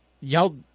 y'all